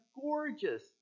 gorgeous